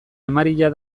emaria